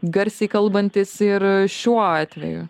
garsiai kalbantys ir šiuo atveju